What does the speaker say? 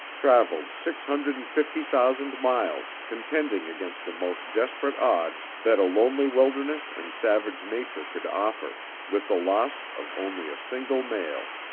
travelled six hundred and fifty thousand miles, contending against the most desperate odds that a lonely wilderness and savage nature could offer, with the loss of only a single mail.